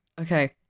Okay